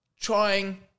trying